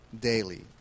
daily